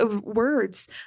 words